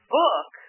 book